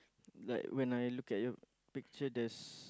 like when I look at your picture there's